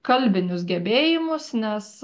kalbinius gebėjimus nes